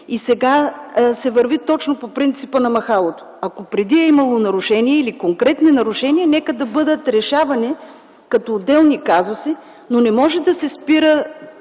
и сега се върви точно по принципа на махалото. Ако преди е имало нарушения или конкретни нарушения, нека да бъдат решавани като отделни казуси, но не може да се спира